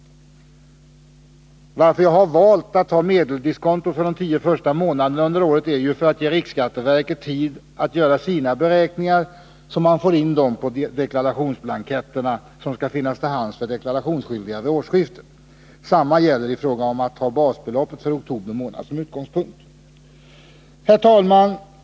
2 april 1981 Anledningen till att jag har valt att ta medeldiskontot för de tio första månaderna under året är att riksskatteverket skall få tid att göra sina beräkningar, så att dessa kommer med i de deklarationsblanketter som skall finnas till hands för deklarationsskyldiga vid årsskiftet. Detsamma gäller i fråga om basbeloppet där också oktober månad tas som utgångspunkt. Herr talman!